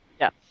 Yes